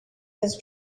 his